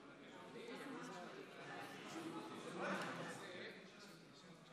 קובע כי ההצעה אושרה בקריאה ראשונה,